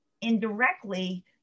indirectly